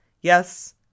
Yes